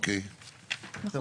בסדר,